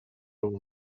اون